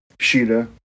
Sheeta